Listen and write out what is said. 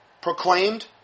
Proclaimed